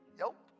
nope